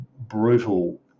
brutal